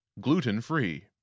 Gluten-free